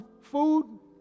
food